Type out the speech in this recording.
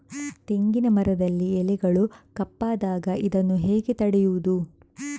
ತೆಂಗಿನ ಮರದಲ್ಲಿ ಎಲೆಗಳು ಕಪ್ಪಾದಾಗ ಇದನ್ನು ಹೇಗೆ ತಡೆಯುವುದು?